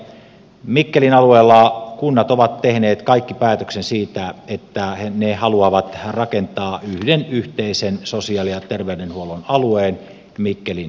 mikkelin alueella kaikki kunnat ovat tehneet päätöksen siitä että ne haluavat rakentaa yhden yhteisen sosiaali ja terveydenhuollon alueen mikkelin seudulle